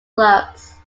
clubs